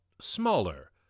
smaller